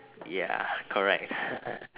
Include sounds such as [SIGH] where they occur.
ya correct [LAUGHS]